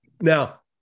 Now